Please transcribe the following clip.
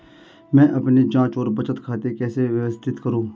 मैं अपनी जांच और बचत खाते कैसे व्यवस्थित करूँ?